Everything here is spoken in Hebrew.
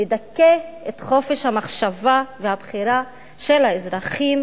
לדכא את חופש המחשבה והבחירה של האזרחים